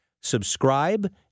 subscribe